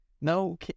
no